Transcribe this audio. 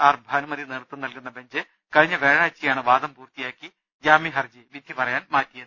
R Bhanumathi നേതൃത്വം നൽകുന്ന bench കഴിഞ്ഞ വ്യാഴാഴ്ചയാണ് വാദം പൂർത്തിയാക്കി ജാമ്യ ഹർജി വിധി പറയാൻ മാറ്റിയത്